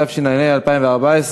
התשע"ה 2014,